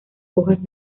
hojas